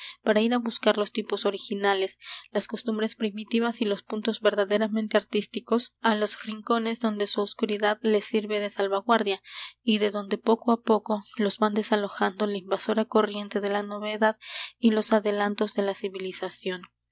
para ir á buscar los tipos originales las costumbres primitivas y los puntos verdaderamente artísticos á los rincones donde su oscuridad les sirve de salvaguardia y de donde poco á poco los van desalojando la invasora corriente de la novedad y los adelantos de la civilización